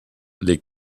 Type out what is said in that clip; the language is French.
les